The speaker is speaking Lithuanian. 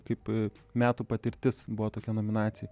kaip metų patirtis buvo tokia nominacija